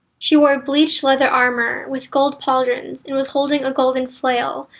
she wore bleached leather armor with gold pauldrons and was holding a golden flail,